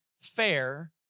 fair